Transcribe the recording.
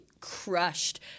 crushed